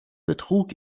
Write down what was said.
betrug